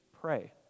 Pray